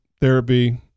therapy